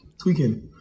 tweaking